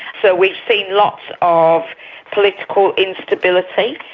so we've seen lots of political instability.